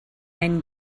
then